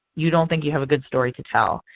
you don't think you have good story to tell.